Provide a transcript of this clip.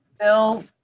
Bill